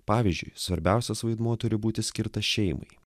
pavyzdžiui svarbiausias vaidmuo turi būti skirtas šeimai